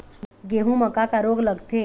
गेहूं म का का रोग लगथे?